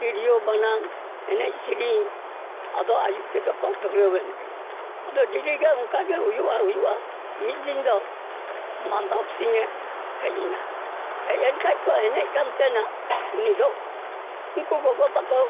ᱛᱤᱨᱭᱳ ᱵᱟᱱᱟᱢ ᱮᱱᱮᱡ ᱥᱮᱨᱮᱧ ᱟᱫᱚ ᱟᱭᱩᱵ ᱛᱮᱫᱚ ᱠᱚ ᱫᱷᱩᱨᱟᱣᱮᱱᱜᱮ ᱟᱫᱚ ᱰᱤᱞᱤᱜᱮ ᱚᱱᱠᱟ ᱦᱩᱭᱩᱜᱼᱟ ᱦᱩᱭᱩᱜᱼᱟ ᱢᱤᱫᱫᱤᱱ ᱫᱚ ᱢᱟᱫᱷᱚᱵᱥᱤᱝᱮ ᱦᱮᱡ ᱮᱱᱟ ᱦᱮᱡᱮᱱᱠᱷᱟᱡ ᱠᱚ ᱮᱱᱮᱡ ᱠᱟᱱ ᱛᱟᱦᱮᱱᱟ ᱩᱱᱤ ᱫᱚ ᱩᱱᱠᱩ ᱜᱚᱜᱚ ᱛᱟᱠᱚ